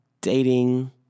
dating